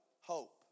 Hope